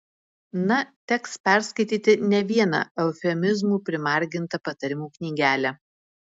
na teks perskaityti ne vieną eufemizmų primargintą patarimų knygelę